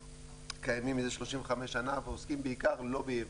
קיימים 35 שנים ועוסקים בעיקר לא ביבוא.